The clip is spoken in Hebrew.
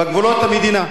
בגבולות המדינה,